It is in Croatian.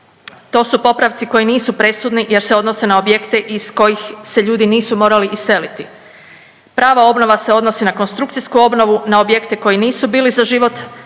To su popravci koji nisu presudni jer se odnose na objekte iz kojih se ljudi nisu morali iseliti. Prava obnova se odnosi na konstrukcijsku obnovu, na objekte koji nisu bili za život